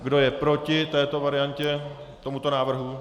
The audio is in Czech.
Kdo je proti této variantě, tomuto návrhu?